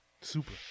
Super